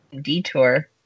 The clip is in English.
Detour